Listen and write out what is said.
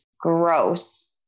gross